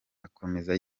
akomeza